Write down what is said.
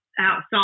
outside